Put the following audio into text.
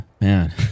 man